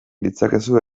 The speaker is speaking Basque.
ditzakezue